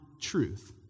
truth